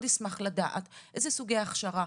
איזה סוגי הכשרה,